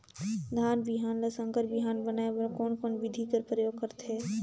धान बिहान ल संकर बिहान बनाय बर कोन कोन बिधी कर प्रयोग करथे?